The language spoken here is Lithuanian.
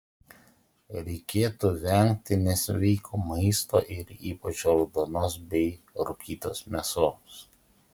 reikėtų vengti nesveiko maisto ir ypač raudonos bei rūkytos mėsos